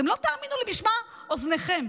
אתם לא תאמינו למשמע אוזניכם.